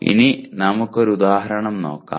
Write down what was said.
ഇനി നമുക്ക് ഒരു ഉദാഹരണം നോക്കാം